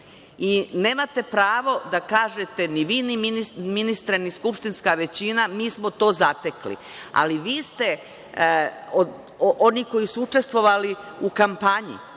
pravo da kažete ni vi ministre, ni skupštinska većina – mi smo to zatekli. Ali, vi ste oni koji su učestvovali u kampanji